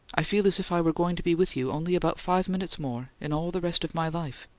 i feel as if i were going to be with you only about five minutes more in all the rest of my life!